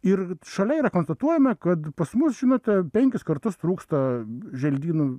ir šalia yra konstatuojama kad pas mus šiuo metu penkis kartus trūksta želdynų